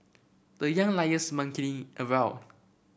the Young Lions monkeying around